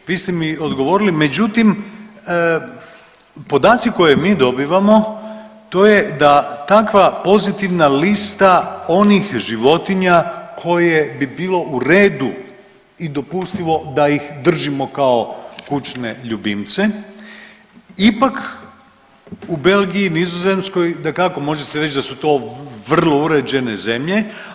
Vi ste mi odgovorili, međutim podaci koje mi dobivamo to je da takva pozitivna lista onih životinja koje bi bilo u redu i dopustivo da ih držimo kao kućne ljubimce ipak u Belgiji, Nizozemskoj dakako može se reći da su to vrlo uređene zemlje.